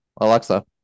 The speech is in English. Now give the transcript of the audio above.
Alexa